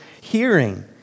hearing